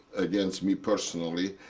against me personally.